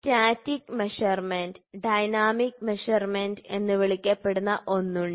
static measurement dynamic measurement എന്ന് വിളിക്കപ്പെടുന്ന ഒന്ന് ഉണ്ട്